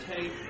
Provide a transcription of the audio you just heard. take